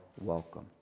welcome